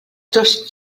dos